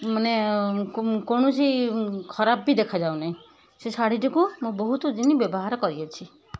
ମାନେ କୌଣସି ଖରାପ ବି ଦେଖାଯାଉନି ସେ ଶାଢ଼ୀଟିକୁ ମୁଁ ବହୁତ ଦିନ ବ୍ୟବହାର କରିଅଛି